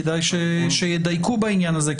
כדאי שידייקו בעניין הזה,